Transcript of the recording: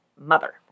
mother